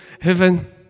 heaven